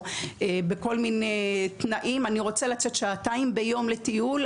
בכל מיני תנאים: אני רוצה לצאת שעתיים ביום לטיול,